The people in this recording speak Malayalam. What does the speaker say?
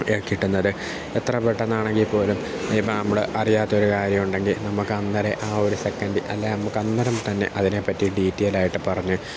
കിട്ടുന്നത് എത്ര പെട്ടെന്നാണെങ്കിൽപോലും ഇനിയിപ്പം നമ്മൾ അറിയാത്ത ഒരു കാര്യമുണ്ടെങ്കിൽ നമുക്ക് അന്നേരെ ആ ഒരു സെക്കൻഡ് അല്ലെങ്കിൽ നമുക്കന്നേരം തന്നെ അതിനെപ്പറ്റി ഡീറ്റെയിലായിട്ട് പറഞ്ഞ്